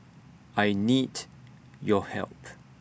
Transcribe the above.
I need your help